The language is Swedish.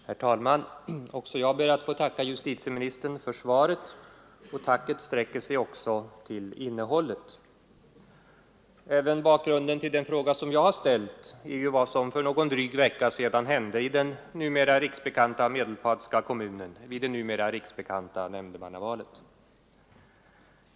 Herr talman! Även jag ber att få tacka justitieministern för svaret. Mitt tack gäller även innehållet i detta. Bakgrunden också till den fråga jag ställt är vad som för någon dryg vecka sedan hände i den numera riksbekanta medelpadska kommunen vid det numera riksbekanta nämndemannavalet.